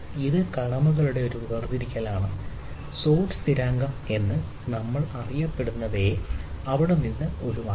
ഇത് കടമകളുടെ ഒരു വേർതിരിക്കലാണ് സോഡ് സ്ഥിരാങ്കം എന്ന് നമ്മൾ അറിയപ്പെടുന്നവയെ അവിടെ നിന്ന് ഒഴിവാക്കണം